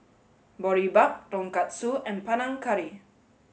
Boribap Tonkatsu and Panang Curry